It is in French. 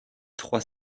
trois